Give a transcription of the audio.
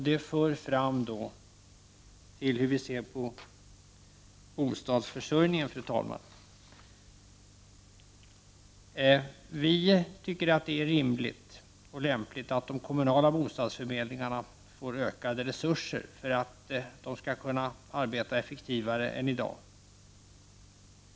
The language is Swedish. Detta för fram till hur vi ser på bostadsförsörjningen, fru talman. Vi tycker att det är rimligt och lämpligt att de kommunala bostadsförmedlingarna får ökade resurser för att de skall kunna arbeta effektivare än i dag.